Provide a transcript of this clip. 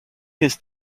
his